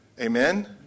Amen